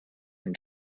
and